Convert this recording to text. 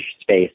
space